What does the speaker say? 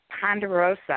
Ponderosa